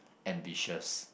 ambitious